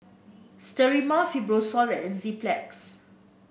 Sterimar Fibrosol and Enzyplex